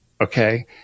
Okay